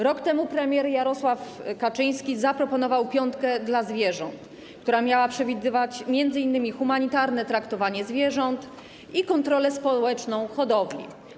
Rok temu premier Jarosław Kaczyński zaproponował piątkę dla zwierząt, która miała przewidywać m.in. humanitarne traktowanie zwierząt i kontrolę społeczną hodowli.